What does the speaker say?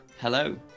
Hello